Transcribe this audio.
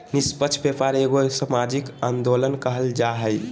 निस्पक्ष व्यापार एगो सामाजिक आंदोलन कहल जा हइ